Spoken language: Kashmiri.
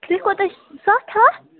تُہۍ کوٗتاہ سَتھ ہَتھ